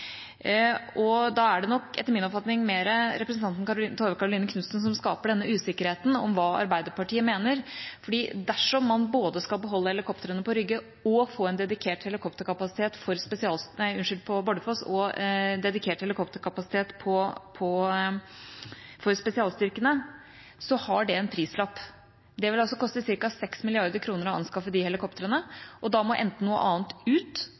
fattet. Da er det nok etter min oppfatning mer representanten Tove Karoline Knutsen som skaper denne usikkerheten om hva Arbeiderpartiet mener, for dersom man både skal beholde helikoptrene på Bardufoss og få en dedikert helikopterkapasitet for spesialstyrkene, har det en prislapp. Det vil altså koste ca. 6 mrd. kr å anskaffe de helikoptrene, og da må enten noe annet ut